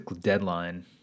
deadline